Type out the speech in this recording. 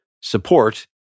support